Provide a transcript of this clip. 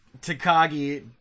Takagi